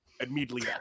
immediately